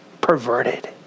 perverted